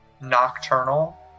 nocturnal